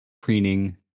preening